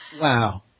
Wow